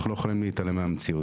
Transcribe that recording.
אנחנו לא יכולים להתעלם מהמציאות,